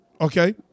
Okay